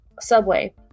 subway